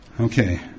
Okay